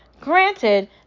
granted